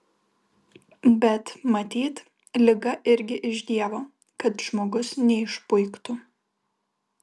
bet matyt liga irgi iš dievo kad žmogus neišpuiktų